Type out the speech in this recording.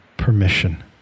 permission